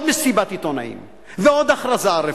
מסיבת עיתונאים ועוד הכרזה על רפורמה.